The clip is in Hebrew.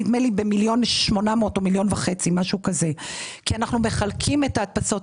נדמה לי ב-1.8 מיליון או 1.5. אנחנו מחלקים את ההדפסות,